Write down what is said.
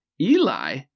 Eli